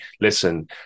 listen